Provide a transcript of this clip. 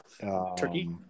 Turkey